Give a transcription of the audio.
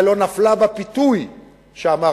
ישראל לא נפלה בפיתוי שאמרתי,